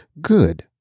good